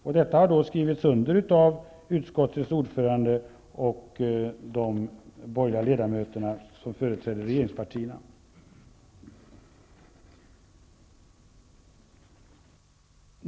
Bakom detta står utskottets ordförande och de borgerliga ledamöter som företräder regeringspartierna.